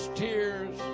tears